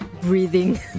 Breathing